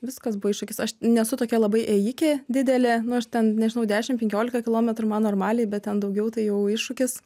viskas buvo iššūkis aš nesu tokia labai ėjikė didelė nu aš ten nežinau dešimt penkiolika kilometrų man normaliai bet ten daugiau tai jau iššūkis